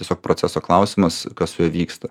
tiesiog proceso klausimas kas su juo vyksta